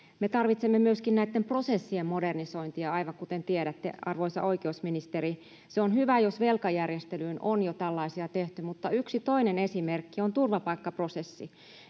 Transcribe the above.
Me tarvitsemme myöskin näitten prosessien modernisointia, aivan kuten tiedätte, arvoisa oikeusministeri. On hyvä, jos velkajärjestelyyn on jo tällaisia tehty, mutta yksi toinen esimerkki on turvapaikkaprosessi.